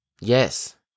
Yes